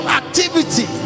activity